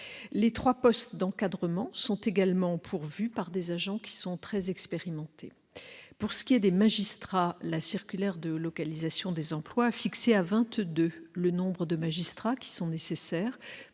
Les trois postes d'encadrement sont également pourvus, par des agents très expérimentés. Pour ce qui est des magistrats, la circulaire de localisation des emplois a fixé à vingt-deux le nombre de magistrats nécessaires